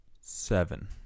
Seven